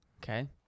Okay